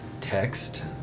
text